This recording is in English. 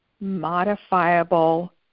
modifiable